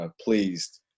pleased